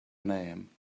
name